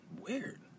weird